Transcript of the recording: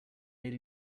made